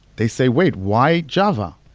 they say, wait, why java?